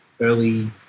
early